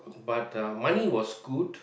but the money was good